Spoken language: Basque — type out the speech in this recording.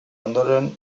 ondoren